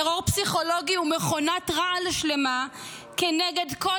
טרור פסיכולוגי הוא מכונת רעל שלמה כנגד כל